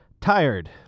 Tired